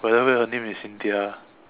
for example her name is Cynthia ah